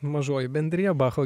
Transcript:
mažoji bendrija bacho